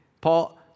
Paul